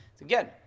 Again